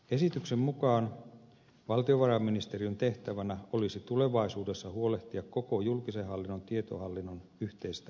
esityksen mukaan valtiovarainministeriön tehtävänä olisi tulevaisuudessa huolehtia koko julkisen hallinnon tietohallinnon yhteisestä ohjauksesta